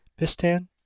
Bistan